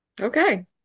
Okay